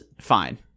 fine